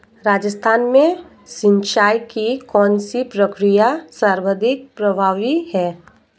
राजस्थान में सिंचाई की कौनसी प्रक्रिया सर्वाधिक प्रभावी है?